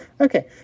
Okay